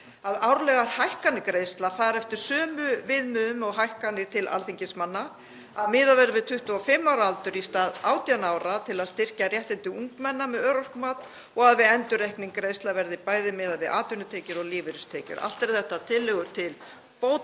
árlegar hækkanir greiðslna fari eftir sömu viðmiðum og hækkanir til alþingismanna, að miðað verði við 25 ára aldur í stað 18 ára til að styrkja réttindi ungmenna með örorkumat, og að við endurreikning greiðslna verði bæði miðað við atvinnutekjur og lífeyristekjur. Allt eru þetta tillögur til bóta